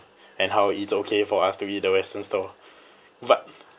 and how it's okay for us to eat the western store but